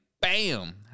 bam